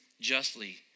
justly